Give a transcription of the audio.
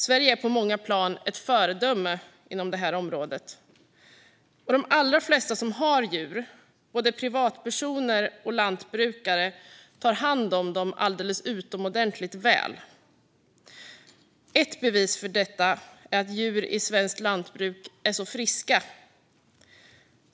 Sverige är på många plan ett föredöme på detta område. De allra flesta som har djur, både privatpersoner och lantbrukare, tar alldeles utomordentligt väl hand om dem. Ett bevis för detta är att djur i svenskt lantbruk är så friska.